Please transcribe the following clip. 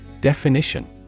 Definition